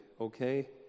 okay